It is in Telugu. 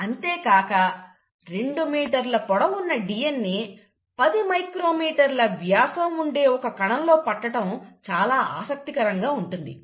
అంతేకాక రెండు మీటర్ల పొడవున్న DNA 10 మైక్రోమీటర్ల వ్యాసం ఉండే ఒక కణంలో పట్టడం ఆసక్తికరంగా ఉంటుంది